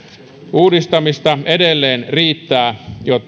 uudistamista edelleen riittää